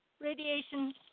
Radiation